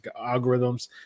algorithms